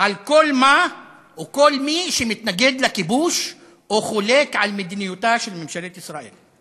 על כל מה או כל מי שמתנגד לכיבוש או חולק על מדיניותה של ממשלת ישראל.